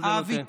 מה זה נותן?